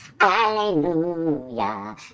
Hallelujah